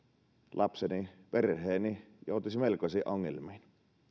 lapseni perheeni joutuisivat melkoisiin ongelmiin